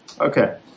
Okay